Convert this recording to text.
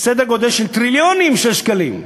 סדר-גודל של טריליונים של שקלים.